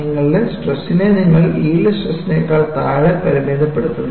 നിങ്ങളുടെ സ്ട്രെസ്നെ നിങ്ങൾ യീൽഡ് സ്ട്രെസ്നെക്കാൾ താഴെ പരിമിതപ്പെടുത്തുന്നു